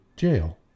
Jail